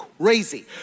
crazy